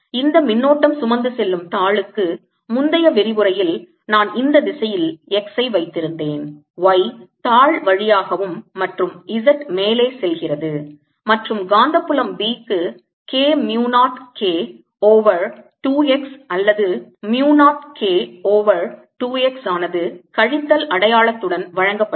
இந்த மின்னோட்டம் சுமந்து செல்லும் தாளுக்கு முந்தைய விரிவுரையில் நான் இந்த திசையில் x ஐ வைத்திருந்தேன் y தாள் வழியாகவும் மற்றும் z மேலே செல்கிறது மற்றும் காந்தப்புலம் B க்கு K mu 0 K over 2 x அல்லது mu 0 K ஓவர் 2 x ஆனது கழித்தல் அடையாளத்துடன் வழங்கப்பட்டது